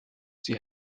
sie